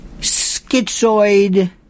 schizoid